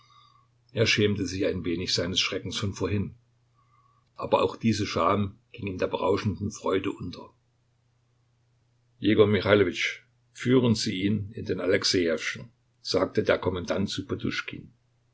er schämte sich ein wenig seines schreckens von vorhin aber auch diese scham ging in der berauschenden freude unter jegor michailowitsch führen sie ihn in den alexejewschen sagte der kommandant zu